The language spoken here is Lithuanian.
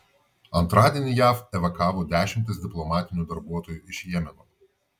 antradienį jav evakavo dešimtis diplomatinių darbuotojų iš jemeno